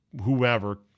whoever